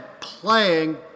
playing